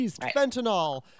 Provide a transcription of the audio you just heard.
fentanyl